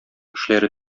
эшләре